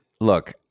look